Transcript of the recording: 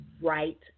right